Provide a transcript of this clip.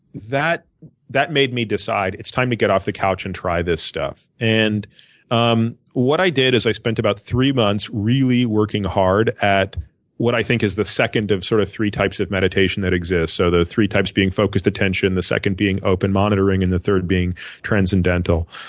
that that made me decide it's time to get off the couch and try this stuff. and um what i did is i spent about three months really working hard at what i think is the second of sort of three types of meditation that exists. so the three types being focused attention, the second being open monitoring, and the third being transcendental.